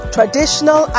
Traditional